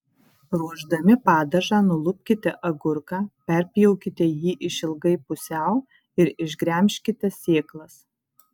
ruošdami padažą nulupkite agurką perpjaukite jį išilgai pusiau ir išgremžkite sėklas